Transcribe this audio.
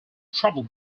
travelled